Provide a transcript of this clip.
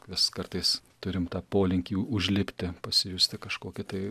vis kartais turim tą polinkį užlipti pasijusti kažkoki tai